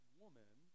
woman